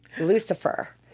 Lucifer